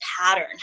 pattern